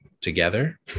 together